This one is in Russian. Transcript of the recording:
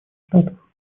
штатов